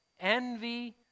envy